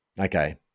Okay